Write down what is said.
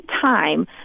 time